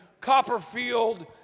Copperfield